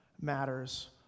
matters